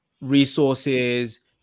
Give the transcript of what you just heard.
resources